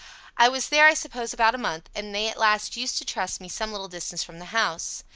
i was there i suppose about a month, and they at last used to trust me some little distance from the house.